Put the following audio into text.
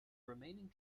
remaining